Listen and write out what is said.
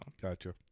gotcha